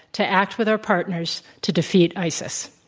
to act with our partners, to defeat isis.